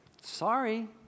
Sorry